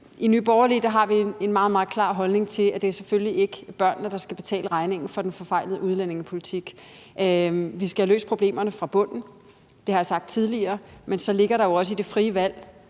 I Nye Borgerlige har vi en meget, meget klar holdning til, at det selvfølgelig ikke er børnene, der skal betale regningen for den forfejlede udlændingepolitik. Vi skal have løst problemerne fra bunden – det har jeg sagt tidligere – men så ligger der jo også i det frie valg,